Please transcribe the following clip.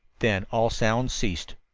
then all sound ceased.